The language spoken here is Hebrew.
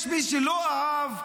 יש מי שלא אהב,